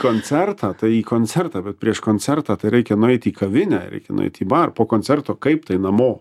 koncertą tai į koncertą bet prieš koncertą tai reikia nueiti į kavinę reikia nueiti į barą po koncerto kaip tai namo